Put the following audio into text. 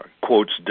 quotes